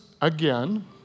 again